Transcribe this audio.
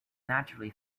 naturally